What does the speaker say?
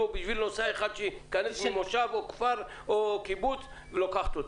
בשביל נוסע אחד שייכנס למושב או לכפר או לקיבוץ והיא לוקחת אותו.